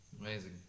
amazing